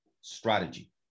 strategy